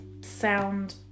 sound